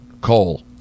Cole